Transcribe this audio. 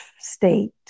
state